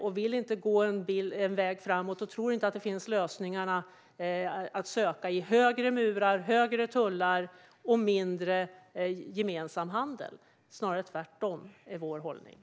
Jag vill inte gå en väg framåt där man söker lösningar i högre murar, högre tullar och mindre gemensam handel. Vår hållning är snarare tvärtom.